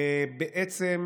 בעצם